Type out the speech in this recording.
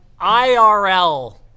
IRL